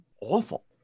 awful